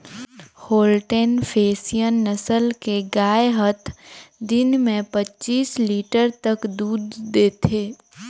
Holstein Friesian नसल के गाय हत दिन में पच्चीस लीटर तक दूद देथे